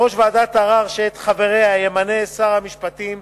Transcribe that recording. בראש ועדת הערר, שאת חבריה ימנה שר המשפטים,